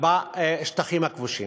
בשטחים הכבושים.